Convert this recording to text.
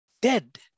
dead